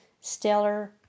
stellar